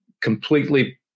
completely